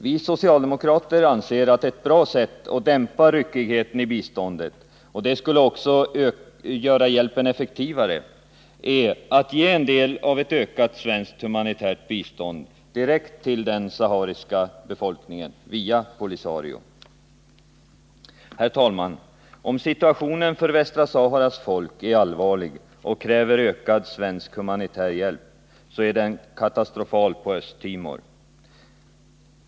Vi socialdemokrater anser att ett bra sätt att dämpa ryckigheten i biståndet — och det skulle också göra hjälpen effektivare — är att ge en del av ett ökat svenskt humanitärt bistånd direkt till den sahariska befolkningen via POLISARIO. Herr talman! Om situationen för Västra Saharas folk är allvarlig och kräver ökad svensk humanitär hjälp, så är den katastrofal på Östtimor.